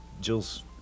Jill's